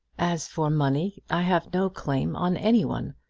as for money, i have no claim on any one.